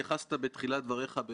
אני רוצה להבהיר ולחדד את הנקודה.